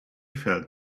felt